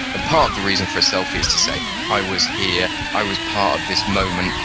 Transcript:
and part of the reason for a selfie is to say i was here, i was part of this moment',